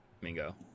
Mingo